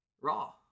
Raw